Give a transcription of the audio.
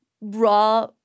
raw